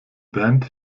band